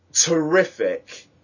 terrific